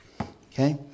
Okay